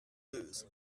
lose